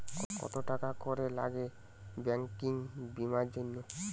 কত টাকা করে লাগে ব্যাঙ্কিং বিমার জন্য?